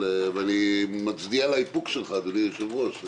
אני מצדיע לאיפוק שלך, אדוני היושב ראש.